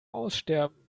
aussterben